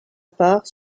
part